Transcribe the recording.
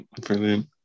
brilliant